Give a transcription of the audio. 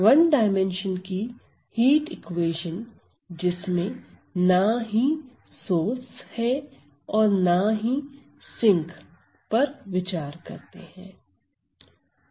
one dimension की heat equation जिसमें ना ही सोर्स है और ना ही सिंक पर विचार करते हैं